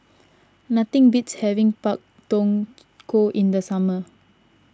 nothing beats having Pak Thong Ko in the summer